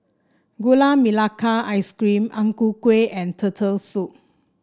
Gula Melaka Ice Cream Ang Ku Kueh and Turtle Soup